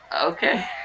Okay